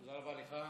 תודה רבה לך.